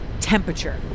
temperature